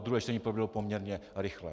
Druhé čtení proběhlo poměrně rychle.